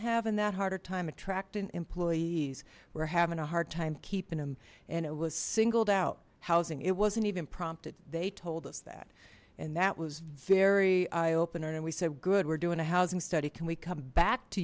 having that harder time attracting employees we're having a hard time keeping him and it was singled out housing it wasn't even prompted they told us that and that was very eye opening and we said good we're doing a housing study can we come back to